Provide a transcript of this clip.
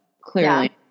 clearly